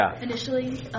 initially